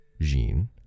Jean